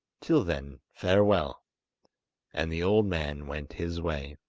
till then, farewell' and the old man went his way.